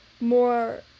more